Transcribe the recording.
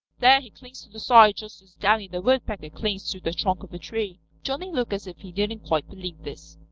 there he clings to the side just as downy the woodpecker clings to the trunk of a tree. johnny looked as if he didn't quite believe this.